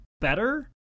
better